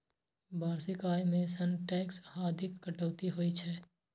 वार्षिक आय मे सं टैक्स आदिक कटौती होइ छै